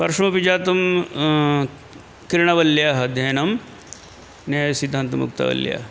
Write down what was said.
पार्श्वेऽपि जातं किरणावल्याः अध्ययनं न्यायसिद्धान्तमुक्तावल्याः